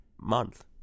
month